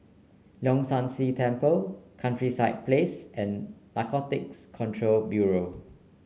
Leong San See Temple Countryside Place and Narcotics Control Bureau